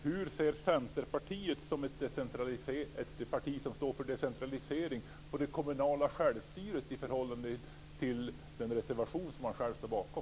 Hur ser Centerpartiet, som är ett parti som står för decentralisering, på det kommunala självstyret i förhållande till den reservation som man själv står bakom?